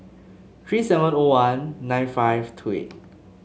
three seven O one nine five two eight